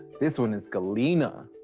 this one is galena.